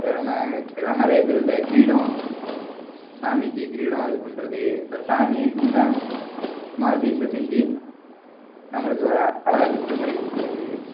வேற என்ன தெனம் நிறைய பேர் இந்த க்ரீடம் சாமிக்கு க்ரீடம் அது பண்ணுறது இப்போ சாமியை சின்ன ஸ் ஸ்மால் சைஸ்ல செஞ்சு நம்மளுக்கு அழகா கிஃப்ட்டு மாதிரி கொடுக்குறது